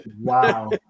Wow